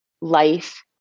Life